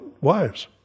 wives